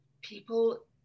people